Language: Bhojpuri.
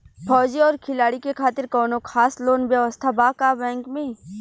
फौजी और खिलाड़ी के खातिर कौनो खास लोन व्यवस्था बा का बैंक में?